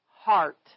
heart